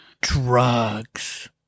Drugs